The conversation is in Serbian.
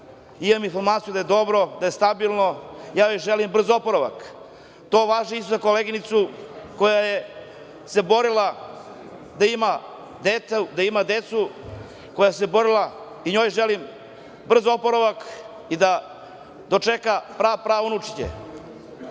imam informaciju da je dobro, da je stabilno. Ja joj želim brz oporavak. To važi i za koleginicu koja se borila da ima decu. I njoj želim brz oporavak i da dočeka pra, pra unučiće. Sve